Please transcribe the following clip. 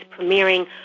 premiering